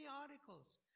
articles